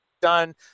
done